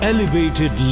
Elevated